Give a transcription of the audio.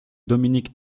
dominique